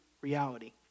reality